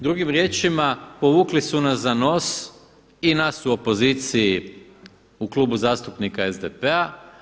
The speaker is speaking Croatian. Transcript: Drugim riječima povukli su nas za nos i nas u opoziciji, u Klubu zastupnika SDP-a.